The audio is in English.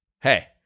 hey